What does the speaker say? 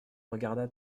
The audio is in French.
regarda